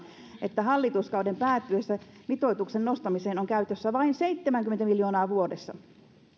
että hallituskauden päättyessä mitoituksen nostamiseen on käytössä vain seitsemänkymmentä miljoonaa vuodessa